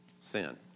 Sin